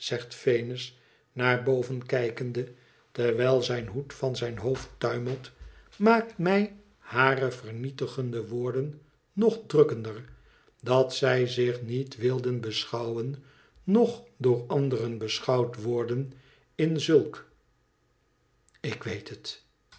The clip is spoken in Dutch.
zegt venus naar boven kijkende terwijl zijn hoed van zijn hoofd tuimelt maakt mij hare vernietigende woorden nog drukkender dat zij zich niet wilde beschouwen noch door anderen beschouwd worden in zulk ik weet het